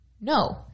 No